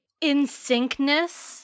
in-syncness